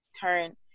turn